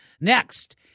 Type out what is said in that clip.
Next